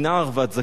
מנער ועד זקן,